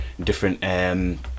different